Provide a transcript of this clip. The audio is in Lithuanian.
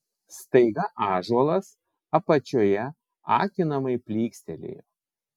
staiga ąžuolas apačioje akinamai plykstelėjo